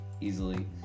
easily